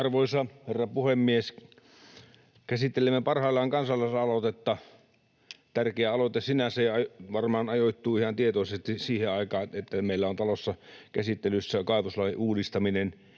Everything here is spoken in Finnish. Arvoisa herra puhemies! Käsittelemme parhaillaan kansalaisaloitetta, joka on tärkeä aloite sinänsä ja varmaan ajoittuu ihan tietoisesti siihen aikaan, että meillä on talossa käsittelyyn tulossa kaivoslain uudistaminen